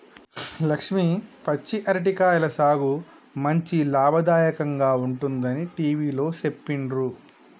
లక్ష్మి పచ్చి అరటి కాయల సాగు మంచి లాభదాయకంగా ఉంటుందని టివిలో సెప్పిండ్రు